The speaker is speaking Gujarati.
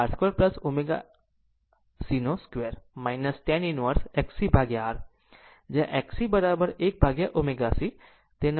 આમ √ over R 2 Xc 2 tan inverse Xc R જ્યાં Xc 1 ભાગ્યા ω c તેનો અર્થ